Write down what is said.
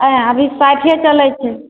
आइ अभी साठिये चलै छै